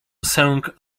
sęk